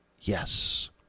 yes